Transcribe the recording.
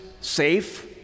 safe